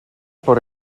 por